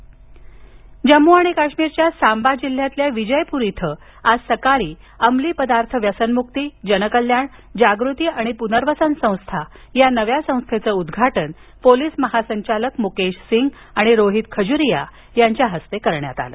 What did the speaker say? काश्मीर जम्मू आणि काश्मीरच्या सांबा जिल्ह्यातील विजयपूर इथं आज सकाळी अमली पदार्थ व्यसनमुक्ती जनकल्याण जागृती आणि पुनर्वसन संस्था हा नव्या संस्थेचं उद्घाटन पोलीस महासंचालक मुकेश सिंग आणि रोहित खजुरिया यांच्या हस्ते झालं